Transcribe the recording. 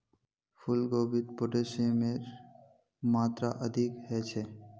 फूल गोभीत पोटेशियमेर मात्रा अधिक ह छे